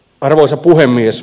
arvoisa puhemies